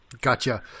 Gotcha